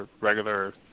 regular